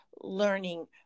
learning